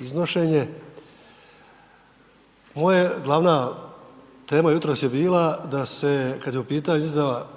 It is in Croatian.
iznošenje, moje, glavna tema jutros je bila da se kad je u pitanju izrada